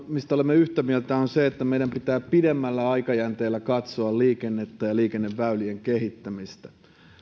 mistä olemme yhtä mieltä on se että meidän pitää pidemmällä aikajänteellä katsoa liikennettä ja liikenneväylien kehittämistä